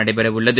நடைபெறவுள்ளது